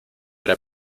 era